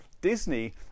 Disney